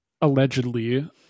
allegedly